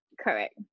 correct